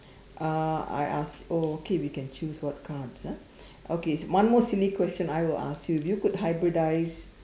uh I ask oh okay we can chose what cards ah okay one more silly question I will ask you if you could hybridize